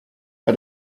bei